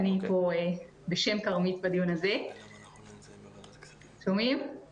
אנחנו מקבלים מהשטח כל מיני פ